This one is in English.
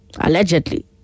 allegedly